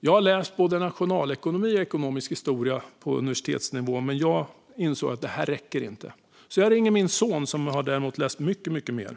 Jag har läst både nationalekonomi och ekonomisk historia på universitetsnivå, men jag insåg att det inte räckte. Jag ringde därför min son, som har läst mycket mer.